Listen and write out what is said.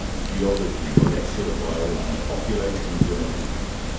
geology, molecular biology, population genetics,